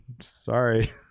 Sorry